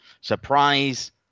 surprise